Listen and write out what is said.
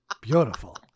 Beautiful